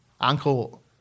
Uncle